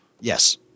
Yes